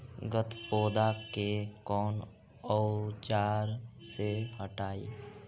गत्पोदा के कौन औजार से हटायी?